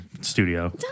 studio